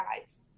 sides